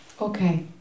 Okay